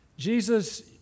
Jesus